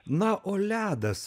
na o ledas